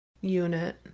unit